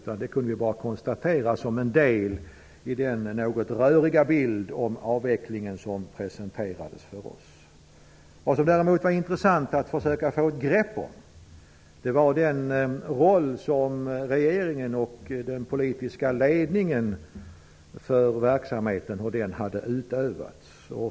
Vi kunde bara konstatera att det var en del i den något röriga bild av avvecklingen som presenterades för oss. Vad som däremot var intressant att försöka få ett grepp om var den roll som regeringen spelat och hur den politiska ledningen för verksamheten hade utövats.